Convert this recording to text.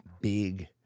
big